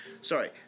Sorry